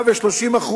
130%,